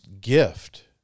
gift